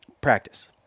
practice